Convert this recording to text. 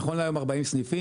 נכון להיום 40 סניפים,